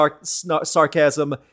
sarcasm